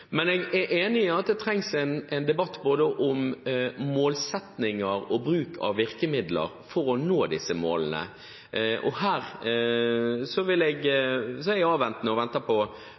men jeg er enig i at det trengs en debatt om både målsettinger og bruk av virkemidler for å nå disse målene. Her avventer jeg hva statsråden vil komme til å si. Med tanke på